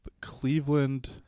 Cleveland